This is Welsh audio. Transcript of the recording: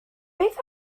beth